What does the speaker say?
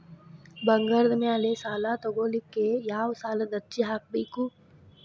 ಬಂಗಾರದ ಮ್ಯಾಲೆ ಸಾಲಾ ತಗೋಳಿಕ್ಕೆ ಯಾವ ಸಾಲದ ಅರ್ಜಿ ಹಾಕ್ಬೇಕು?